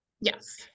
Yes